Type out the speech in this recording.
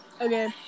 Okay